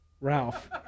Ralph